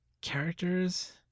characters